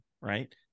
right